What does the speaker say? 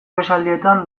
esaldietan